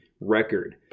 record